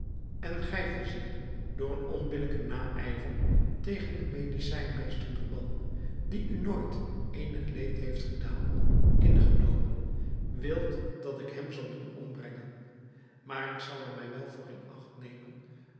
en gij vizier door een onbillijken naijver tegen den medicijnmeester douban die u nooit eenig leed heeft gedaan ingenomen wilt dat ik hem zal doen ombrengen maar ik zal er mij wel voor in acht nemen